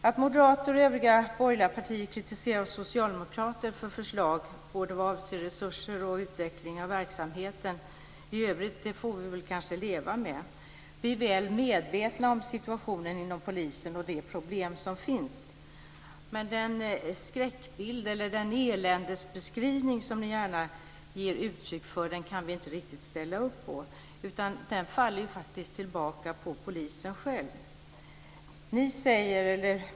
Att moderater och övriga borgerliga partier kritiserar oss socialdemokrater för förslag både vad avser resurser och utveckling av verksamheten i övrigt får vi kanske leva med. Vi är väl medvetna om situationen inom polisen och de problem som finns, men den skräckbild eller den eländesbeskrivning som ni gärna ger uttryck för kan vi inte riktigt ställa upp på. Den faller faktiskt tillbaka på polisen självt.